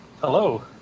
Hello